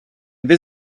been